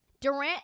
Durant